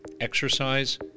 exercise